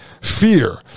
fear